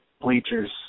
Bleachers